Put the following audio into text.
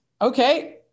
Okay